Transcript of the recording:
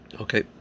Okay